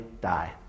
die